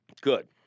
Good